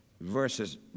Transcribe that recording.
versus